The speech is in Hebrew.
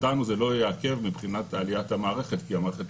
אותנו זה לא יעכב מבחינת עליית המערכת, כי המערכת